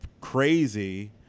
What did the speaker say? crazy